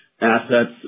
assets